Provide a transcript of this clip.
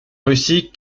russie